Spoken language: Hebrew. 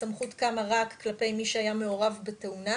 הסמכות קמה רק כלפי מי שהיה מעורב בתאונה,